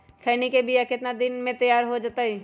खैनी के बिया कितना दिन मे तैयार हो जताइए?